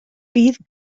bydd